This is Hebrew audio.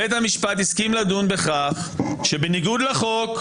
בית המשפט הסכים לדון בכך שבניגוד לחוק,